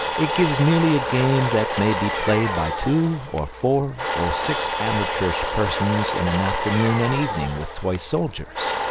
it gives merely a game that may be played by two or four or six amateurish persons in an afternoon and evening with toy soldiers.